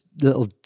little